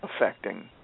affecting